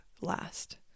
last